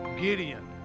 Gideon